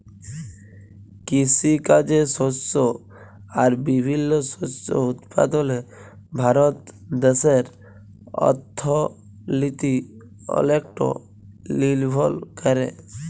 কিসিকাজে শস্য আর বিভিল্ল্য শস্য উৎপাদলে ভারত দ্যাশের অথ্থলিতি অলেকট লিরভর ক্যরে